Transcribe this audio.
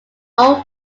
own